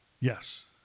Yes